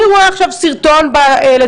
אני רואה עכשיו סרטון באינסטגרם,